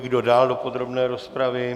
Kdo dál do podrobné rozpravy?